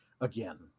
again